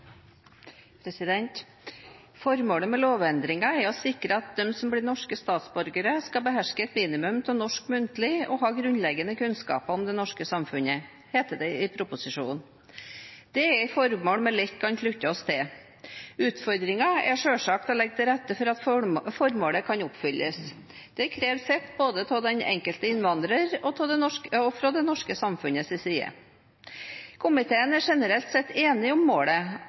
å sikre at de som blir norske statsborgere, skal beherske et minimum av norsk muntlig og ha grunnleggende kunnskaper om det norske samfunnet, heter det i proposisjonen. Det er et formål vi lett kan slutte oss til. Utfordringen er selvsagt å legge til rette for at formålet kan oppfylles. Det krever sitt både fra den enkelte innvandrer og fra det norske samfunnets side. Komiteen er generelt sett enig om målet